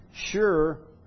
sure